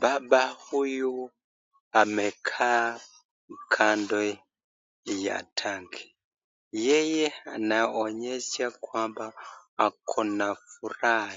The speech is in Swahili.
Baba huyu amekaa kando ya tanki. Yeye anaonyesha kwamba ako na furaha,